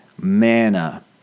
manna